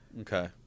Okay